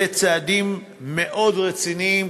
אלה צעדים מאוד רציניים,